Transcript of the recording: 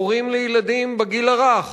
ההורים לילדים בגיל הרך